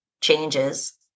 changes